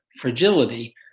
fragility